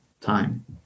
time